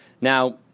Now